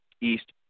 East